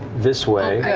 this way.